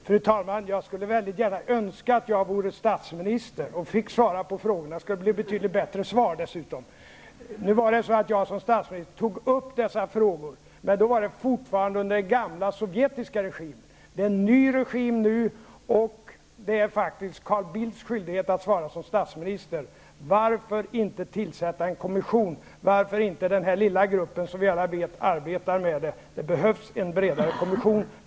Fru talman! Jag skulle gärna önska att jag var statsminister och fick svara på frågor, för det skulle då bli betydligt bättre svar dessutom. Som statsminister tog jag upp dessa frågor, men då var det fortfarande under den gamla sovjetiska regimen. Det är en ny regim nu, det är faktiskt Carl Bildts skyldighet som statsminister att svara på frågor. Varför inte tillsätta en kommission, varför denna lilla grupp som vi alla vet arbetar med denna fråga? Det behövs en bredare kommission.